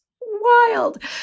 wild